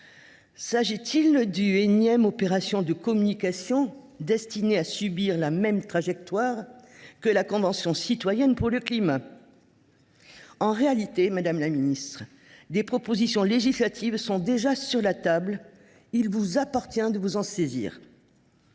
S’agit il d’une énième opération de communication, destinée à subir la même trajectoire que la Convention citoyenne pour le climat ? En réalité, madame la ministre, des propositions législatives sont déjà sur la table. Il vous appartient de vous en saisir.